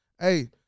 Hey